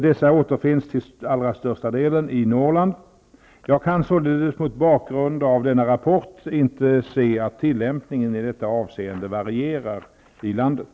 Dessa återfinns till allra största delen i Norrland. Jag kan således mot bakgrund av denna rapport inte se att tillämpningen i detta avseende varierar i landet.